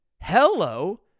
Hello